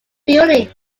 building